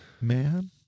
man